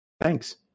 Thanks